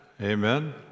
Amen